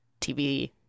tv